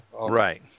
Right